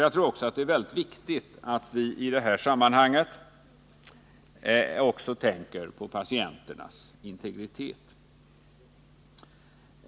Jag tror också att det är mycket viktigt att vi i det här sammanhanget tänker på patienternas integritet.